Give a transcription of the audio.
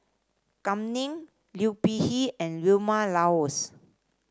Kam Ning Liu Peihe and Vilma Laus